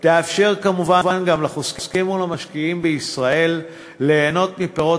תאפשר כמובן גם לחוסכים ולמשקיעים בישראל ליהנות מפירות